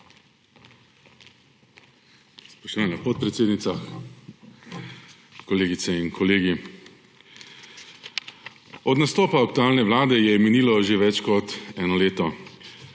Spoštovana podpredsednica, kolegice in kolegi! Od nastopa aktualne vlade je minilo že več kot eno leto.